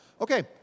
okay